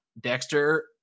Dexter